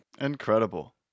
Incredible